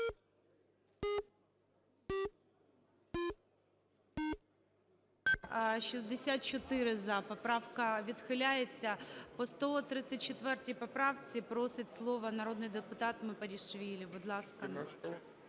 За-64 Поправка відхиляється. По 134 поправці просить слово народний депутат Мепарішвілі. Будь ласка,